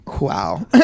wow